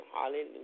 Hallelujah